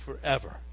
forever